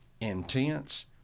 intense